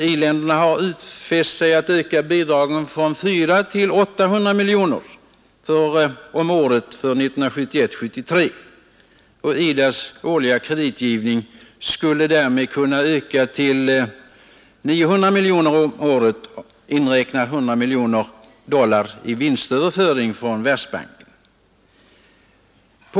I-länderna har utfäst sig att öka bidragen från 400 miljoner till 800 miljoner dollar om året för tiden 1971-1973. IDA:s årliga kreditgivning skulle därmed kunna öka från 600 till 900 miljoner om året, inräknat 100 miljoner dollar i vinstöverföring från Världsbanken.